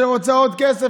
שרוצה עוד כסף,